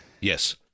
Yes